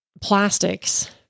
plastics